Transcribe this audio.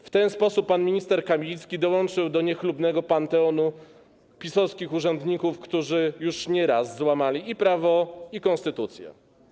W ten sposób pan minister Kamiński dołączył do niechlubnego panteonu PiS-owskich urzędników, którzy już nie raz złamali i prawo, i konstytucję.